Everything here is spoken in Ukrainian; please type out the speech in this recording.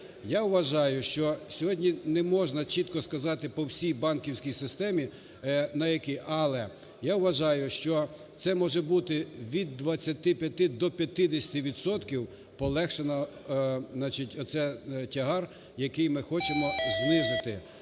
Я вважаю, що сьогодні не можна чітко сказати по всій банківській системі, на якій… але я вважаю, що це може бути від 25 до 50 відсотків полегшено, значить, оцей тягар, який ми хочемо знизити